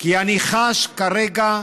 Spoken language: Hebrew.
כי אני חש כרגע,